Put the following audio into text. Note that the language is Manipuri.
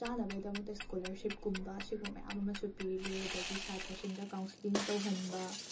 ꯆꯥꯅꯕꯩꯗꯃꯛꯇ ꯁ꯭ꯀꯣꯂꯥꯔꯁꯤꯞꯀꯨꯝꯕ ꯁꯤꯒꯨꯝꯕ ꯃꯌꯥꯝ ꯑꯃꯁꯨ ꯄꯤꯔꯦ ꯑꯗꯒꯤ ꯁꯥꯇ꯭ꯔꯁꯤꯡꯗ ꯀꯥꯎꯟꯁ꯭ꯂꯤꯡ ꯇꯧꯍꯟꯕ